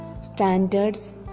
standards